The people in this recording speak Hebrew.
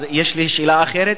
אז יש לי שאלה אחרת,